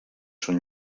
són